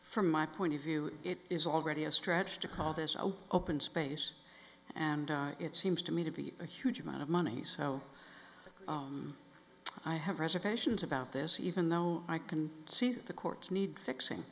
from my point of view it is already a stretch to call this a open space and it seems to me to be a huge amount of money so i have reservations about this even though i can see that the courts need fixing